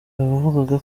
abavugaga